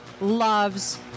loves